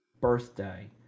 birthday